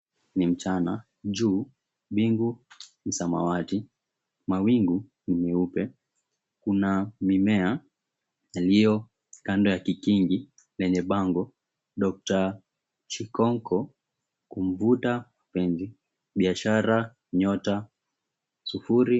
Ni mchana, juu mbingu ni samawati, mawingu ni meupe. Kuna mimea iliyo kando ya kikingi penye bango Dr. Chikonko, kumvuta mpenzi, biashara, nyota, sufuri...